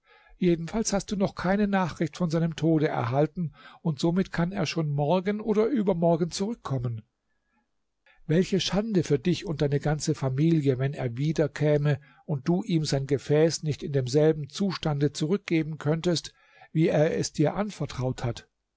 jedenfalls hast du noch keine nachricht von seinem tode erhalten und somit kann er schon morgen oder übermorgen zurückkommen welche schande für dich und deine ganze familie wenn er wiederkäme und du ihm sein gefäß nicht in demselben zustande zurückgeben könntest wie er es dir anvertraut hat